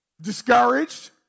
discouraged